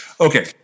Okay